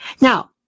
Now